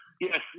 yes